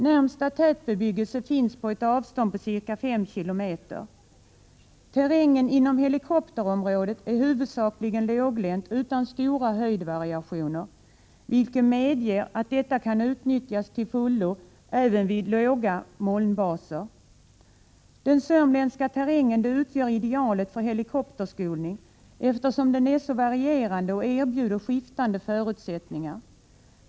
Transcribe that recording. Närmaste tätbebyggelse finns på ett avstånd av ca 5 km. Terrängen inom helikopterområdet är huvudsakligen låglänt utan stora höjdvariationer, vilket medger att området kan utnyttjas till fullo även vid låga molnbaser. Den sörmländska terrängen är idealisk för helikopterskolning, eftersom den är så varierande och erbjuder skiftande förutsättningar.